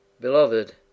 Beloved